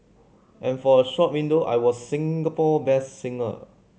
and for a short window I was Singapore best singer